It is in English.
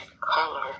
Color